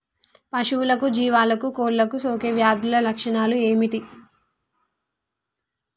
పశువులకు జీవాలకు కోళ్ళకు సోకే వ్యాధుల లక్షణాలు ఏమిటి?